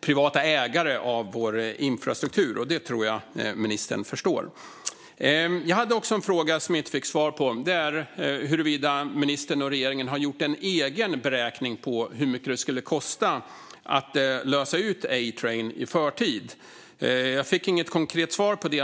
privata ägare av vår infrastruktur. Det tror jag att ministern förstår. Jag hade också en fråga som jag inte fick svar på. Det gäller huruvida ministern och regeringen har gjort en egen beräkning av hur mycket det skulle kosta att lösa ut A-Train i förtid. Jag fick inget konkret svar på det.